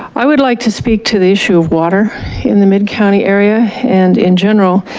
i would like to speak to the issue of water in the mid county area and in general,